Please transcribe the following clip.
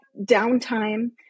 downtime